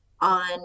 on